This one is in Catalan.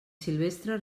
silvestre